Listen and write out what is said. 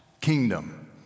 kingdom